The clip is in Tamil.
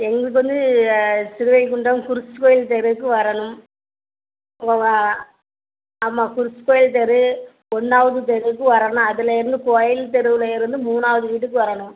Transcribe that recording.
எங்களுக்கு வந்து திருவைகுண்டம் குரூஸ் கோவில் தெருவுக்கு வரணும் ஆமாம் குரூஸ் கோவில் தெரு ஒன்னாவது தெருவுக்கு வரணும் அதுலேருந்து கோவில் தெருவிலேருந்து மூணாவது வீட்டுக்கு வரணும்